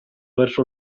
verso